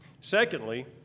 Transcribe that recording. Secondly